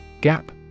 Gap